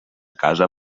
casa